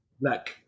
black